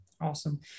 Awesome